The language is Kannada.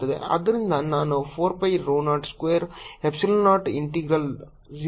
ಆದ್ದರಿಂದ ನಾನು 4 pi rho 0 square epsilon 0 integral 0 to infinity ಪಡೆಯುತ್ತೇನೆ